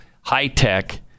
high-tech